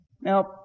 Now